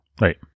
right